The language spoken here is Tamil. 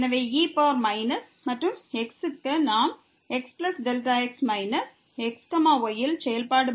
எனவே e மற்றும் x க்கு நாம் xx மைனஸ் x y இல் செயல்பாடு மதிப்பு கிடைக்கும்